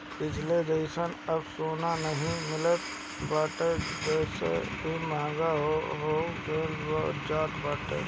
पहिले कअ जइसन अब सोना नाइ मिलत बाटे जेसे इ महंग होखल जात बाटे